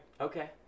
Okay